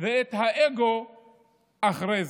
ואת האגו אחרי זה.